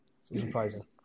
Surprising